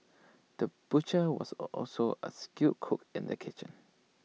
the butcher was also A skilled cook in the kitchen